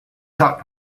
talk